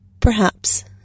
Perhaps